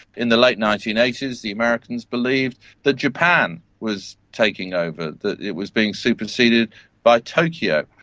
in the late nineteen eighty s the americans believed that japan was taking over, that it was being superseded by tokyo.